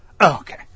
okay